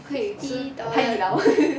fifty dollar